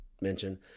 mention